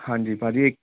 ਹਾਂਜੀ ਭਾਅ ਜੀ